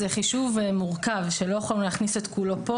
זה חישוב מורכב שלא יכולנו להכניס את כולו לכאן